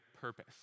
purpose